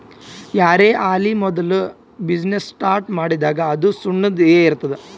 ಯಾರೇ ಆಲಿ ಮೋದುಲ ಬಿಸಿನ್ನೆಸ್ ಸ್ಟಾರ್ಟ್ ಮಾಡಿದಾಗ್ ಅದು ಸಣ್ಣುದ ಎ ಇರ್ತುದ್